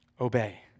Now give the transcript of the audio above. obey